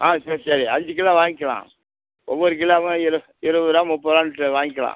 ஆ சரி சரி அஞ்சு கிலோ வாங்கிக்கலாம் ஒவ்வொரு கிலோவும் இரு இருபது ரூபா முப்பது ரூபான்ட்டு வாங்கிக்கலாம்